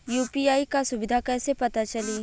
UPI क सुविधा कैसे पता चली?